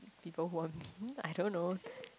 people who are mean I don't know